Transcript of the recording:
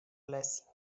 lessing